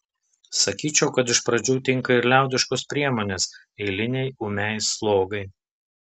sakyčiau kad iš pradžių tinka ir liaudiškos priemonės eilinei ūmiai slogai